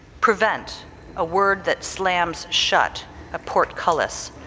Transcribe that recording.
prevent a word that slams shut a portcullis,